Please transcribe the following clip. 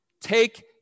Take